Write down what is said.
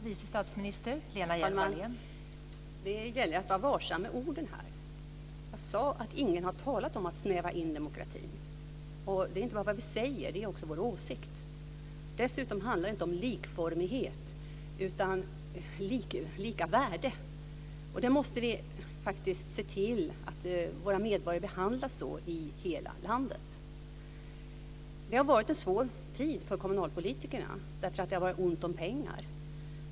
Fru talman! Det gäller att vara varsam med orden. Jag sade att ingen har talat om att snäva in demokratin. Det är inte bara vad vi säger; det är också vår åsikt. Dessutom handlar det inte om likformighet utan om lika värde. Vi måste faktiskt se till att våra medborgare behandlas likvärdigt i hela landet. Det har varit en svår tid för kommunalpolitikerna därför att det har varit ont om pengar.